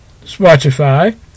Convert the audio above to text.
Spotify